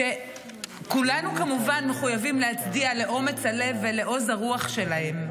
שכולנו כמובן מחויבים להצדיע לאומץ הלב ולעוז הרוח שלהם,